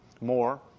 more